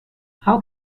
how